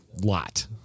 lot